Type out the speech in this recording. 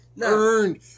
earned